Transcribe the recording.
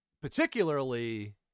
Particularly